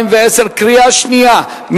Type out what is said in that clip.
אם